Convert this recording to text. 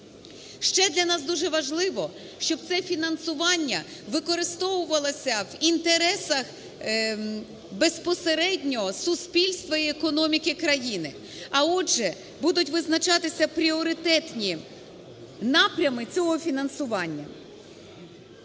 Ще для нас дуже важливо, щоб це фінансування використовувалося в інтересах безпосередньо суспільства і економіки країни, а, отже, будуть визначатися пріоритетні напрями цього фінансування.